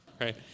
right